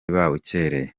babukereye